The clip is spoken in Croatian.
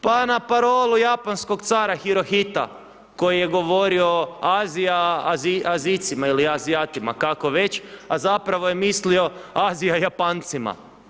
Pa na parolu japanskog cara Hirohito koji je govorio – Azija Azijcima ili Azijatima kako već, a zapravo je mislio Azija Japancima.